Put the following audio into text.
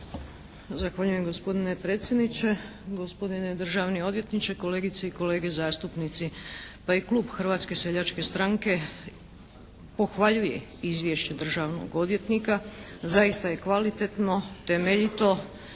Zahvaljujem gospodine predsjedniče, gospodine državni odvjetniče, kolegice i kolege zastupnici. Pa i klub Hrvatske seljačke stranke pohvaljuje izvješće državnog odvjetnika, zaista je kvalitetno, temeljito